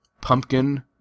pumpkin